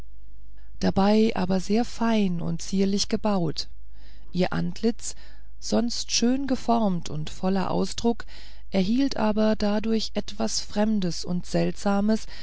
dabei aber sehr fein und zierlich gebaut ihr antlitz sonst schön geformt und voller ausdruck erhielt aber dadurch etwas fremdes und seltsames